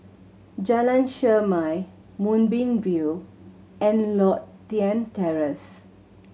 Jalan Chermai Moonbeam View and Lothian Terrace